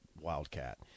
Wildcat